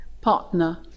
partner